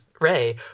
Ray